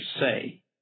say